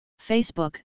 Facebook